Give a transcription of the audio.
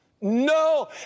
No